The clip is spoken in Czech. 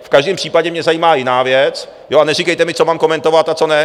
V každém případě mě zajímá jiná věc a neříkejte mi, co mám komentovat a co ne.